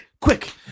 Quick